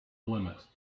limit